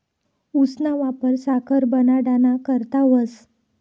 ऊसना वापर साखर बनाडाना करता व्हस